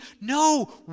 No